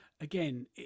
again